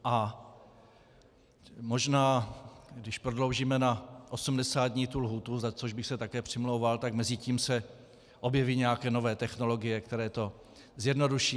A možná když prodloužíme na 80 dní tu lhůtu, za což bych se také přimlouval, tak mezitím se objeví nějaké nové technologie, které to zjednoduší.